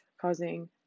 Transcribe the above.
causing